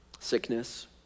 Sickness